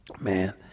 Man